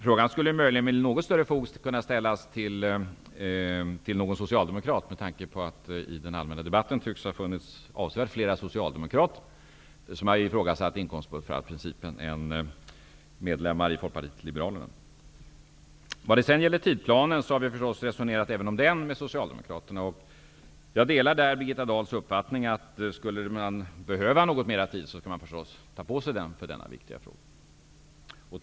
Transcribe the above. Frågan skulle möjligen med något större fog kunna ställas till någon socialdemokrat, med tanke på att det i den allmänna debatten tycks ha funnits avsevärt fler socialdemokrater än medlemmar i Folkpartiet liberalerna som har ifrågasatt inkomstbortfallsprincipen. Vi har naturligtvis även resonerat om tidsplanen med Socialdemokraterna. Jag delar där Birgitta Dahls uppfattning att om man skulle behöva något mer tid, skall man naturligtvis ta på sig den för denna viktiga fråga.